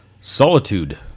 Solitude